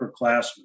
upperclassmen